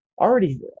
already